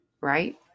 right